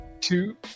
Two